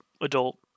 adult